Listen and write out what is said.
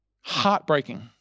heartbreaking